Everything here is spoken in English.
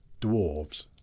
dwarves